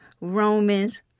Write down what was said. Romans